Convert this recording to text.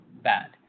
bad